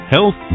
Health